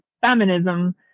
feminism